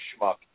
schmuck